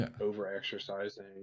over-exercising